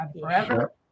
Forever